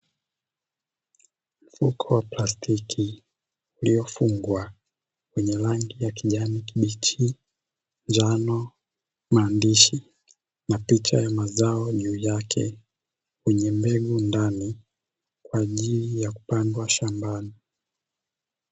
Mfuko wa plastiski uliofungwa wenye rangi ya kijani kibichi, njano maandishi na picha ya mazao juu yake wenye mbegu ndani kwa ajili ya kupandwa shambani.